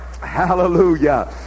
hallelujah